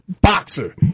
Boxer